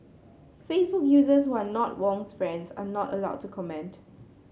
Facebook users who are not Wong's friends are not allowed to comment